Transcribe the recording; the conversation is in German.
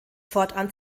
fortan